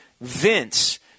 Vince